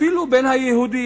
אפילו בין היהודים